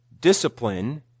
discipline